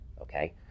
Okay